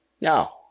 no